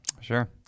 sure